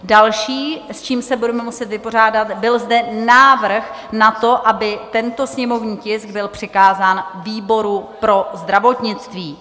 Další, s čím se budeme muset vypořádat, byl návrh na to, aby tento sněmovní tisk byl přikázán výboru pro zdravotnictví.